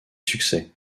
succès